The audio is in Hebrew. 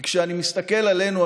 כי כשאני מסתכל עלינו,